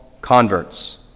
converts